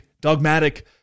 dogmatic